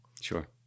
sure